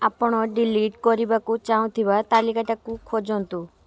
ଆପଣ ଡ଼ିଲିଟ୍ କରିବାକୁ ଚାହୁଁଥିବା ତାଲିକାଟାକୁ ଖୋଜନ୍ତୁ